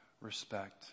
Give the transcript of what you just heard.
respect